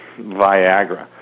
Viagra